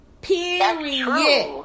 Period